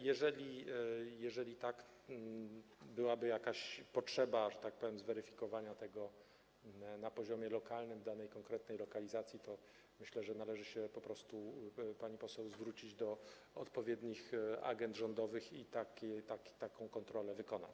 Jeżeli byłaby jakaś potrzeba, że tak powiem, zweryfikowania tego na poziomie lokalnym, w danej, konkretnej lokalizacji, to myślę, że należy się po prostu, pani poseł, zwrócić do odpowiednich agent rządowych i taką kontrolę wykonać.